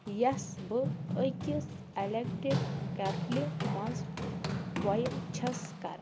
یَس بہٕ أکِس اَلٮ۪کٹِک کٮ۪ٹلہِ منٛز بایِل چھَس کران